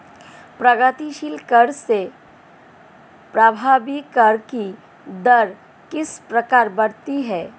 प्रगतिशील कर से प्रभावी कर की दर किस प्रकार बढ़ती है?